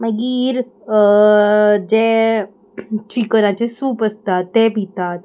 मागीर जे चिकनाचे सूप आसता ते पितात